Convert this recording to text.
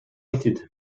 united